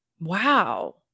wow